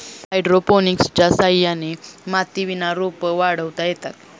हायड्रोपोनिक्सच्या सहाय्याने मातीविना रोपं वाढवता येतात